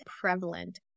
prevalent